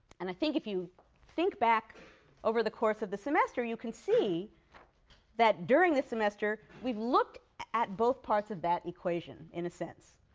and i think if you think back over the course of the semester, you can see that during the semester we've looked at both parts of that equation, in a sense.